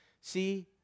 See